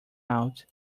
out